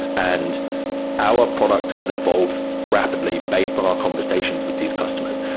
and our product has evolved rapidly based on our conversations with these customers.